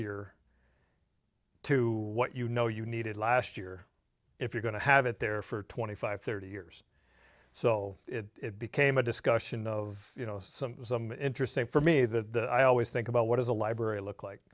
year to what you know you needed last year if you're going to have it there for twenty five thirty years so it became a discussion of you know some interesting for me that i always think about what does a library look like